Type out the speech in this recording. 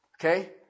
Okay